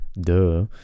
Duh